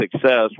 success